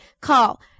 Call